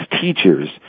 teachers